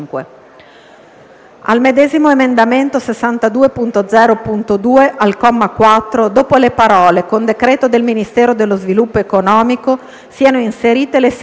al medesimo emendamento 62.0.2, al comma 4, dopo le parole: "con decreto del Ministero dello sviluppo economico", siano inserite le seguenti: